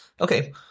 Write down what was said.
Okay